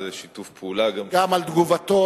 זה שיתוף פעולה, גם על תגובתו